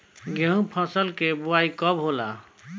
गेहूं के फसल के बोआई कब होला?